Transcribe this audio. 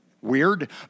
Weird